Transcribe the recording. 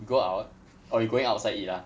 go out orh you going outside eat ah